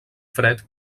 fred